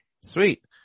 Sweet